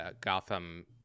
Gotham